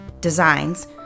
designs